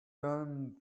done